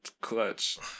Clutch